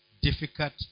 difficult